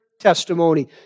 testimony